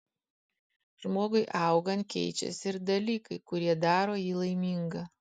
žmogui augant keičiasi ir dalykai kurie daro jį laimingą